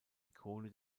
ikone